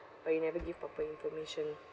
but you never give proper information